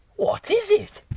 what is it?